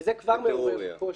וזה כבר מעורר קושי.